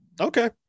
okay